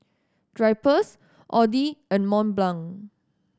Drypers Audi and Mont Blanc